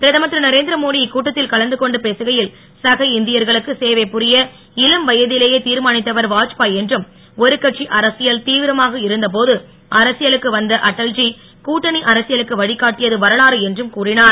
பிரதமர் திரு நரேந்திரமோடி இக்கூட்டத்தில் கலந்து கொண்டு பேசுகையில் சக இந்தியர்களுக்கு சேவை புரிய இளம் வயதிலேயே தீர்மானித்தவர் வாத்பாய் என்றும் ஒரு கட்சி அரசியல் தீவிரமாக இருந்த போது அரசியலுக்கு வந்த அட்டல்ஜி கூட்டணி அரசியலுக்கு வழிகாட்டியது வரலாறு என்றும் கூறினார்